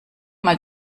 mal